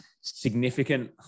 significant